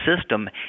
system